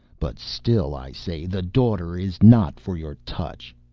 but still i say the daughter is not for your touch.